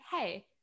hey